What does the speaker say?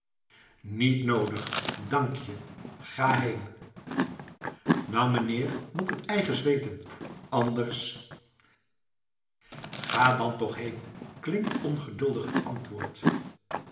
niet noodig dank je ga heen nou m'neer mt t eiges weten anders ga dan toch heen klinkt ongeduldig het antwoord